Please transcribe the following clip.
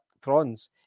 prawns